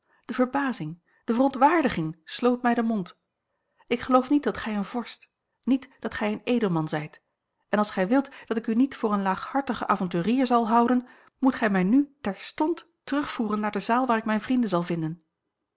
de verbazing de verontwaardiging sloot mij den mond ik geloof niet dat gij een vorst niet dat gij een edelman zijt en als gij wilt dat ik u niet voor een laaghartigen avonturier zal houden moet gij mij nu terstond terugvoeren naar de zaal waar ik mijne vrienden zal vinden